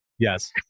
Yes